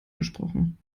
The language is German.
gesprochen